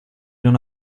non